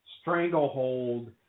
stranglehold